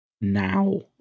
now